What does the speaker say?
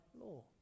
law